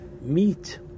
meat